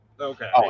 Okay